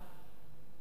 דבר שלא קיים היום,